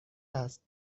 است